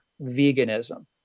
veganism